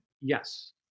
yes